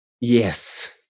yes